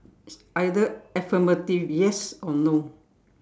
either affirmative yes or no